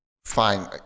Fine